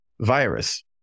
virus